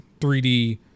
3D